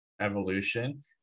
evolution